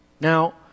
Now